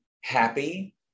happy